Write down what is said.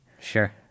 Sure